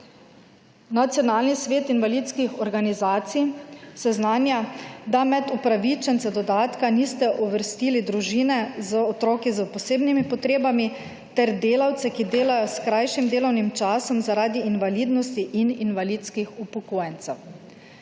Nacionalni svet invalidskih organizacij seznanja, da med upravičence dodatka niste uvrstili družine z otroki s posebnimi potrebami ter delavce, ki delajo s krajšim delovnim časom zaradi invalidnosti in invalidskih upokojencev.